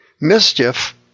mischief